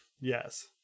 Yes